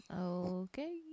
Okay